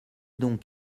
donc